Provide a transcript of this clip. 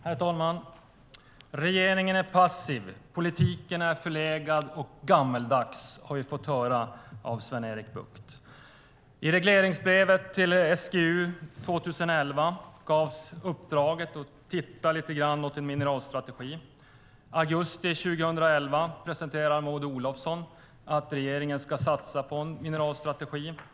Herr talman! Regeringen är passiv och politiken förlegad och gammeldags har vi fått höra av Sven-Erik Bucht. I regleringsbrevet till SGU 2011 gavs uppdraget att lite grann titta på en mineralstrategi. I augusti 2011 förklarade Maud Olofsson att regeringen ska satsa på en mineralstrategi.